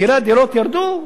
מחירי הדירות ירדו?